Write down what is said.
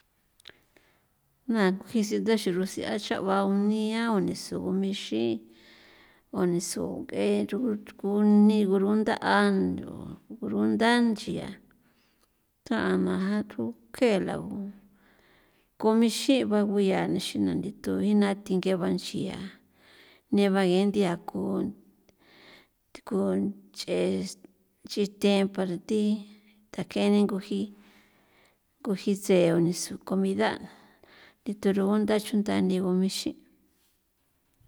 Na kjui sendaxu rusen a chaguau nia o nesu ng ixin o nisu ng'e nchugu chuku nigurunda'a gurundan nchia tha'a na ja tju ke lagu komixin' ba guya nexina ndithu jina thinge banchia neba ngendia ku kun nch'es chithe para ti thakeni nguji nguji tse o nisu comida thi terugunda chunda nig ixin'.